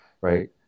right